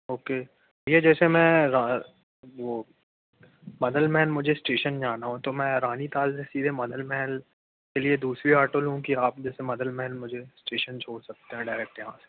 okay भैया जैसे मैं रा वो मदलमहल मुझे स्टेशन जाना हो तो मैं रानीताल से सीधे मदलमहल के लिए दूसरी ऑटो लूँ कि आप जैसे मदलमहल मुझे स्टेशन छोड़ सकते हैं डायरेक्ट यहाँ से